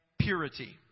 purity